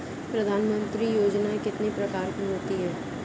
प्रधानमंत्री योजना कितने प्रकार की होती है?